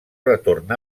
retorn